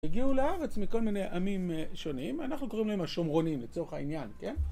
הגיעו לארץ מכל מיני עמים שונים, אנחנו קוראים להם השומרונים, לצורך העניין, כן?